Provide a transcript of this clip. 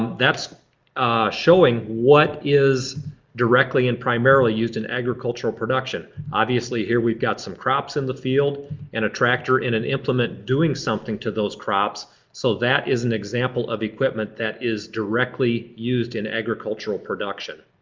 that's showing what is directly and primarily used in agricultural production. obviously here we've got some crops in the field and a tractor and an implement doing something to those crops so that is an example of equipment that is directly used in agricultural production.